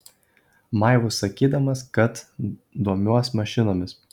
maivaus sakydamas kad domiuos mašinomis